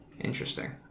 interesting